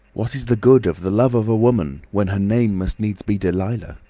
what is the good of the love of woman when her name must needs be delilah?